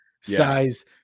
size